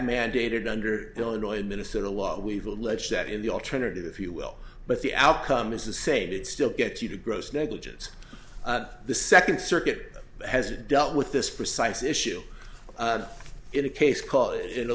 mandated under illinois minnesota law we've alleged that in the alternative if you will but the outcome is the sated still gets you to gross negligence the second circuit hasn't dealt with this precise issue in a case called in a